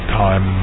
time